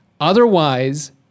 Otherwise